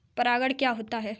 परागण क्या होता है?